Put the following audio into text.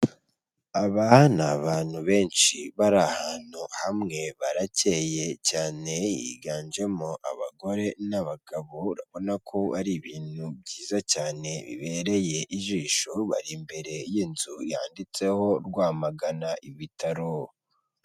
Aba ni abantu benshi, bari ahantu hamwe, baracyeye cyane, higanjemo abagore, n'abagabo, urabona ko ari ibintu byiza cyane, bibereye ijisho, bari imbere y'inzu, yanditseho Rwamagana ibitaro.